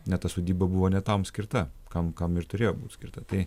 ne ta sodyba buvo ne tam skirta kam kam ir turėjo būt skirta tai